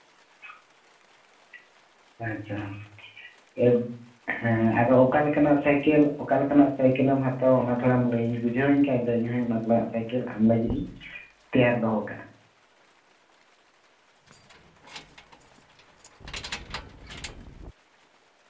ᱟᱪᱪᱷᱟ ᱦᱮᱸ ᱦᱮᱸ ᱟᱫᱚ ᱚᱠᱟᱞᱮᱠᱟᱜ ᱥᱟᱭᱠᱮᱞ ᱚᱠᱟᱞᱮᱠᱟᱱᱟᱜ ᱥᱟᱭᱠᱮᱞᱮᱢ ᱦᱟᱛᱟᱣᱟ ᱚᱱᱟ ᱛᱷᱚᱲᱟᱢ ᱞᱟᱹᱭ ᱵᱩᱡᱷᱟᱹᱣᱟᱹᱧ ᱠᱷᱟᱱ ᱫᱚ ᱚᱱᱠᱟᱱᱟᱜ ᱥᱟᱭᱠᱮᱞ ᱟᱢ ᱞᱟᱹᱜᱤᱫ ᱤᱧ ᱛᱮᱭᱟᱨ ᱫᱚᱦᱚ ᱠᱟᱜᱼᱟ